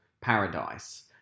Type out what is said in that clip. paradise